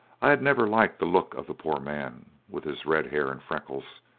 i had never liked the look of the poor man with his red hair and freckles.